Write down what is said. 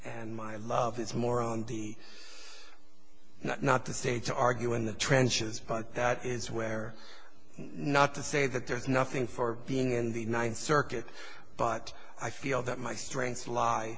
and my love is more on the net not to say to argue in the trenches but that is where not to say that there is nothing for being in the ninth circuit but i feel that my strengths lie